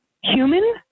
human